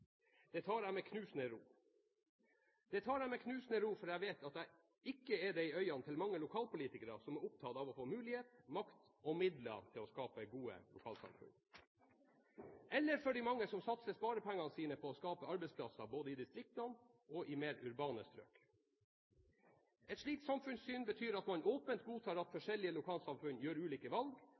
Det tar jeg med knusende ro, fordi jeg vet at jeg ikke er det i øynene til mange lokalpolitikere som er opptatt av å få mulighet, makt og midler til å skape gode lokalsamfunn, eller for de mange som satser sine sparepenger på å skape arbeidsplasser både i distriktene og i mer urbane strøk. Et slikt samfunnssyn betyr at man åpent godtar at forskjellige lokalsamfunn gjør ulike valg,